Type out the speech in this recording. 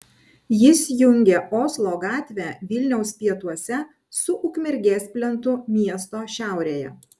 jis jungia oslo gatvę vilniaus pietuose su ukmergės plentu miesto šiaurėje